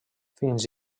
fins